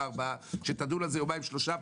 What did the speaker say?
ארבעה חברים שתדון על זה יומיים שלושה,